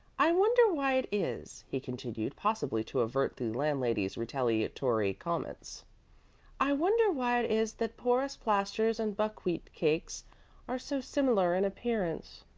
i wonder why it is, he continued, possibly to avert the landlady's retaliatory comments i wonder why it is that porous plasters and buckwheat cakes are so similar in appearance?